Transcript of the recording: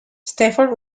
stafford